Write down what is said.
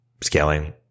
scaling